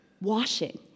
washing